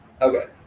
Okay